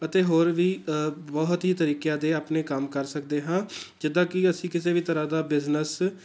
ਅਤੇ ਹੋਰ ਵੀ ਬਹੁਤ ਹੀ ਤਰੀਕਿਆਂ ਦੇ ਆਪਣੇ ਕੰਮ ਕਰ ਸਕਦੇ ਹਾਂ ਜਿੱਦਾਂ ਕਿ ਅਸੀਂ ਕਿਸੇ ਵੀ ਤਰ੍ਹਾਂ ਦਾ ਬਿਜ਼ਨਸ